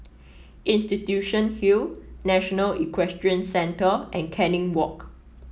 Institution Hill National Equestrian Centre and Canning Walk